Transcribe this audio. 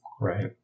Right